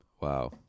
Wow